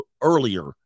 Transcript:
earlier